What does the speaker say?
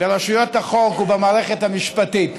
ברשויות החוק ובמערכת המשפטית.